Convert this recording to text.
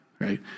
right